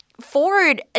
Ford